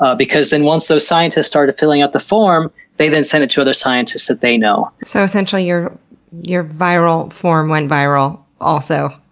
ah because once those scientists started filling out the form, they then sent it to other scientists that they know. so essentially, your your viral form went viral also.